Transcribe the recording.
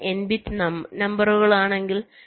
അവ n bit നമ്പറുകളാണെങ്കിൽ